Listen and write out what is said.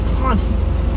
conflict